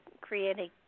creating